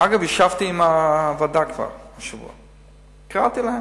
אגב, ישבתי עם הוועדה כבר השבוע, קראתי להם,